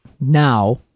now